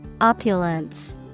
Opulence